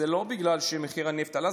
זה לא בגלל שמחיר הנפט עלה,